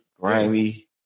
grimy